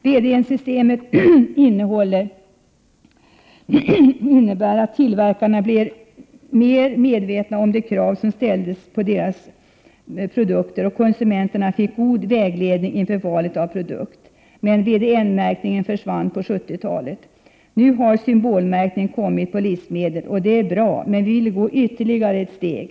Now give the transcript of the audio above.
VDN-systemet innebar att tillverkarna blev mer medvetna om de krav som ställdes på deras produkter, och konsumenterna fick god vägledning inför valet av produkt. Men VDN-märkningen försvann på 70-talet. Nu har symbolmärkning kommit på livsmedel, och det är bra, men vi vill gå ytterligare ett steg.